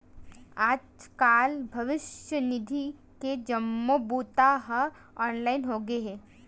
आजकाल भविस्य निधि के जम्मो बूता ह ऑनलाईन होगे हे